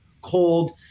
cold